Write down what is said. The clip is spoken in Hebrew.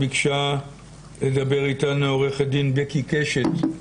ביקשה לדבר איתנו עו"ד בקי קשת.